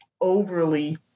overly